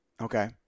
Okay